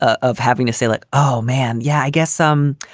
ah of having a say like, oh, man yeah. i guess some